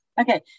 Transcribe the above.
okay